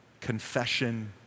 confession